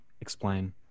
explain